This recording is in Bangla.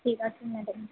ঠিক আছে ম্যাডাম